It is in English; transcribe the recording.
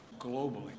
globally